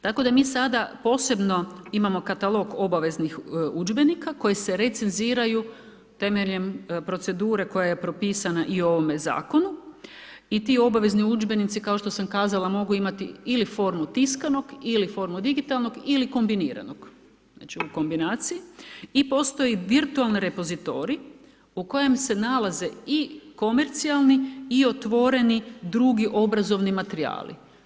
Tako da mi sada posebno imamo katalog obaveznih udžbenika koji se recenziraju temeljem procedure koja je propisana i u ovome zakonu i ti obavezni udžbenici, kao što sam kazala mogu imati ili formu tiskanog, ili formu digitalnog ili kombiniranog, znači u kombinaciji i postoji virtualni repozitorij u kojem se nalaze i komercijalni i otvoreni drugi obrazovni materijali.